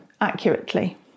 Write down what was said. accurately